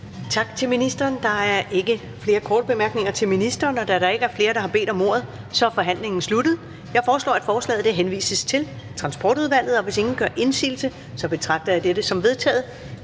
Tak til ministeren. Der er ikke flere korte bemærkninger til ministeren. Da der ikke er flere, der har bedt om ordet, er forhandlingen sluttet. Jeg foreslår, at forslaget henvises til Transportudvalget. Hvis ingen gør indsigelse, betragter jeg dette som vedtaget.